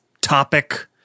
Topic